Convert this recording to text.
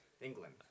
England